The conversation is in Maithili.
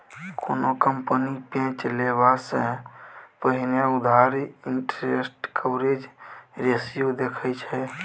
कोनो कंपनी पैंच लेबा सँ पहिने उधारी इंटरेस्ट कवरेज रेशियो देखै छै